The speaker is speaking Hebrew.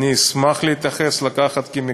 אני אשמח להתייחס, לקחת כמקרה.